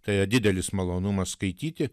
tai yra didelis malonumas skaityti